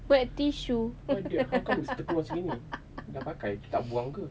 wet tissue